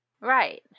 Right